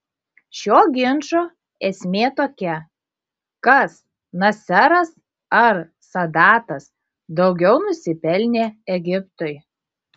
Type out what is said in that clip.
šio ginčo esmė tokia kas naseras ar sadatas daugiau nusipelnė egiptui